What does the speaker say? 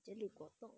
jelly 果冻